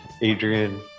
Adrian